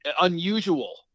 unusual